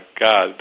God